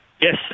Yes